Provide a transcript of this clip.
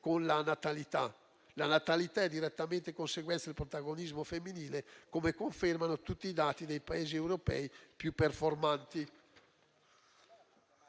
con la natalità. La natalità è diretta conseguenza del protagonismo femminile, come confermano tutti i dati dei Paesi europei più performanti.